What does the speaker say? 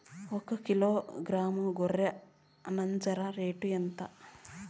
ఒకకిలో గ్రాము గొర్రె నంజర రేటు ఎంత?